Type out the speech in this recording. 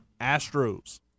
Astros